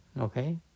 Okay